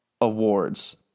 awards